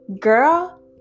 girl